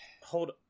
hold